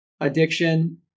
addiction